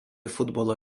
futbolo